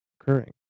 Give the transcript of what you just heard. occurring